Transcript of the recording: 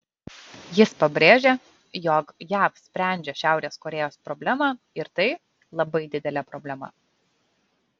jis pabrėžė jog jav sprendžia šiaurės korėjos problemą ir tai labai didelė problema